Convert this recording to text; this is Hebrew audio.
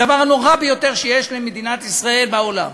הדבר הנורא ביותר שיש למדינת ישראל בעולם,